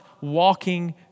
walking